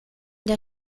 der